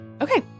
Okay